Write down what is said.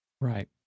Right